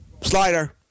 slider